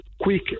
quick